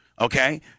okay